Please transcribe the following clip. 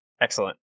Excellent